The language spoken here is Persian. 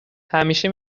همیشه